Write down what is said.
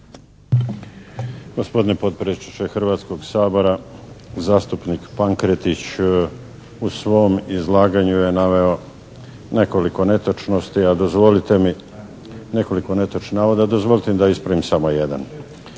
Gospodine potpredsjedniče Hrvatskog sabora, zastupnik Pankretić u svom izlaganju je naveo nekoliko netočnih navoda, a dozvolite mi da ispravim samo jedan